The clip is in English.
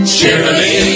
Cheerily